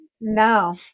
No